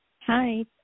Hi